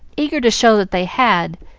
eager to show that they had,